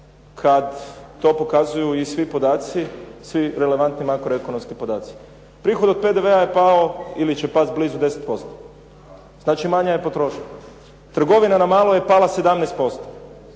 kad to pokazuju i svi podaci, svi relevantni makroekonomski podaci. Prihod od PDV-a je pao ili će pasti blizu 10%, znači manja je potrošnja. Trgovina na malo je pala 17%,